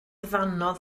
ddannoedd